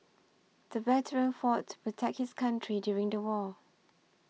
the veteran fought to protect his country during the war